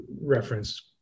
reference